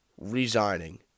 resigning